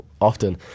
often